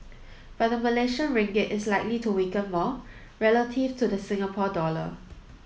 but the Malaysian Ringgit is likely to weaken more relative to the Singapore dollar